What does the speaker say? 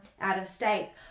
out-of-state